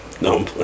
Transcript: No